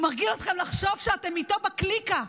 הוא מרגיל אתכם לחשוב שאתם איתו בקליקה.